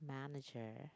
manager